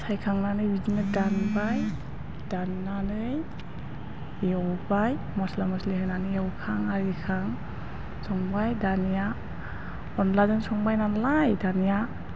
सायखांनानै बिदिनो दानबाय दाननानै एवबाय मस्ला मस्लि होनानै एवखां आरिखां संबाय दानिया अनलाजों संबाय नालाय दानिया